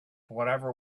whatever